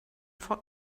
for